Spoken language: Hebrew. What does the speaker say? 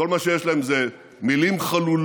כל מה שיש להם הוא מילים חלולות